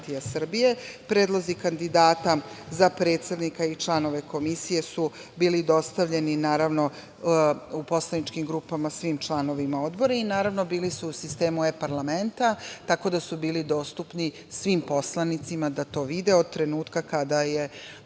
Predlozi kandidata za predsednika i članove Komisije su bili dostavljeni u poslaničkim grupama svim članovima Odbora i, naravno, bili su u sistemu E-parlamenta, tako da su bili dostupni svim poslanicima da to vide od trenutka kada je